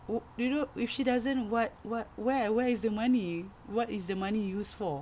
wh~ you know if she doesn't what what where where is the money what is the money used for